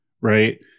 Right